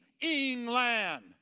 England